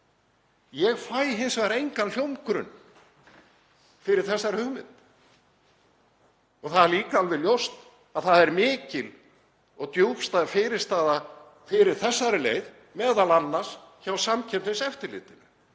Ég fæ hins vegar engan hljómgrunn fyrir þessari hugmynd. Það er líka alveg ljóst að það er mikil og djúpstæð fyrirstaða fyrir þessari leið, m.a. hjá Samkeppniseftirlitinu